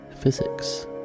physics